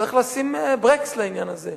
שלו, צריך לשים ברקס לעניין הזה.